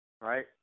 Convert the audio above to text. right